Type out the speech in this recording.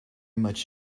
much